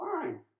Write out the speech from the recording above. fine